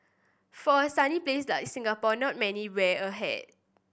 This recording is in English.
for a sunny place like Singapore not many wear a hat